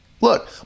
look